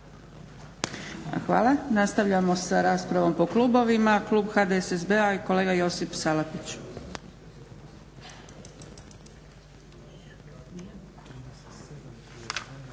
Hvala. Nastavljamo sa raspravom po klubovima. Klub HDSSB-a i kolega Josip Salapić.